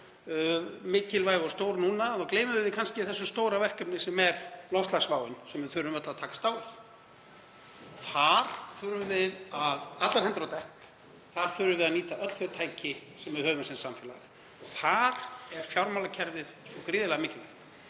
mikilvæg og stór núna. Þá gleymum við kannski því stóra verkefni sem er loftslagsváin, sem við þurfum öll að takast á við. Þar þurfum við allar hendur á dekk. Þar þurfum við að nýta öll þau tæki sem við höfum sem samfélag. Þar er fjármálakerfið svo gríðarlega mikilvægt.